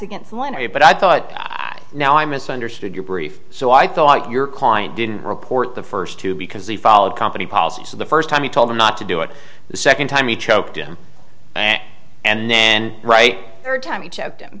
against the minor but i thought i now i misunderstood your brief so i thought your client didn't report the first two because they followed company policy so the first time he told them not to do it the second time he choked him and then right third time each